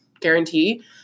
guarantee